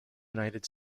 united